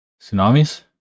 Tsunamis